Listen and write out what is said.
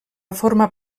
formar